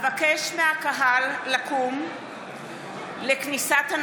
בית לכולנו, בית בטוח.